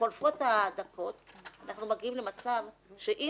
חולפות הדקות ואנחנו מגיעים למצב שעם